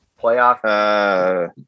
Playoff